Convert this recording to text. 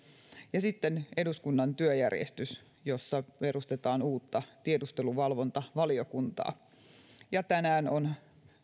ja sitten eduskunnan työjärjestys jossa perustetaan uutta tiedusteluvalvontavaliokuntaa tänään on